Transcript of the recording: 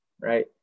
right